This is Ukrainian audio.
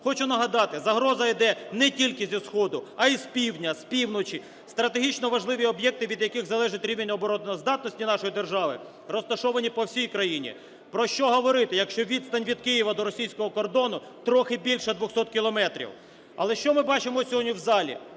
Хочу нагадати, загроза іде не тільки зі сходу, а і з півдня, з півночі. Стратегічно важливі об'єкти, від яких залежить рівень обороноздатності нашої держави, розташовані по всій країні. Про що говорити, якщо відстань від Києва до російського кордону трохи більша 200 кілометрів? Але що ми бачимо сьогодні в залі?